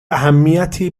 اهمیتی